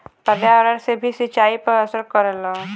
पर्यावरण से भी सिंचाई पर असर करला